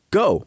go